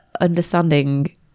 understanding